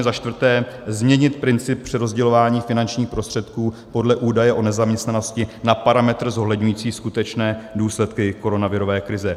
IV. změnit princip při rozdělování finančních prostředků podle údaje o nezaměstnanosti na parametr zohledňující skutečné důsledky koronavirové krize.